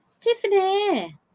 Tiffany